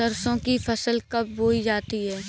सरसों की फसल कब बोई जाती है?